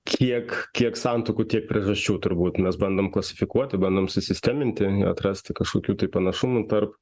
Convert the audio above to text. kiek kiek santuokų tiek priežasčių turbūt mes bandom klasifikuoti bandom susisteminti atrasti kažkokių tai panašumų tarp